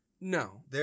No